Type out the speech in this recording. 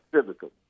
physical